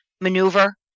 maneuver